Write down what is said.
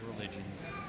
religions